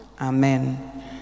Amen